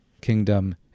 Kingdom